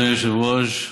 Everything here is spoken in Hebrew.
אדוני היושב-ראש,